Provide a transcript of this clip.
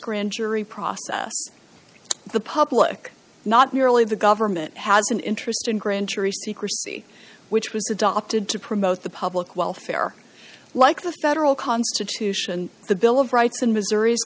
grand jury process the public not merely the government has an interest in grand jury secrecy which was adopted to promote the public welfare like the federal constitution and the bill of rights and missouri's